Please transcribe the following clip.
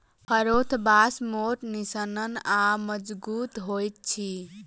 हरोथ बाँस मोट, निस्सन आ मजगुत होइत अछि